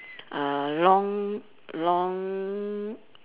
uh long long